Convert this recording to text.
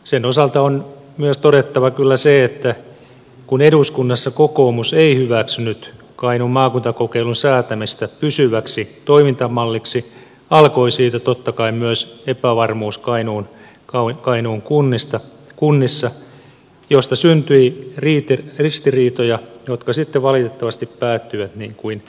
sen osalta on myös todettava kyllä se että kun eduskunnassa kokoomus ei hyväksynyt kainuun maakuntakokeilun säätämistä pysyväksi toimintamalliksi alkoi siitä totta kai myös epävarmuus kainuun kunnissa mistä syntyi ristiriitoja jotka sitten valitettavasti päättyivät niin kuin päättyivät